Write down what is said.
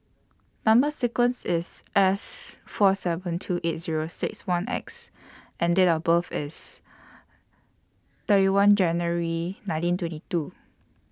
Number sequence IS S four seven two eight Zero six one X and Date of birth IS thirty one January nineteen twenty two